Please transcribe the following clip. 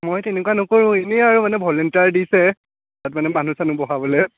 মই তেনেকুৱা নকৰোঁ এনেই আৰু মানে ভলেণ্টিয়াৰ দিছে তাত মানে মানুহ চানুহ বহাবলৈ